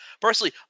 Personally